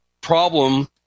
problem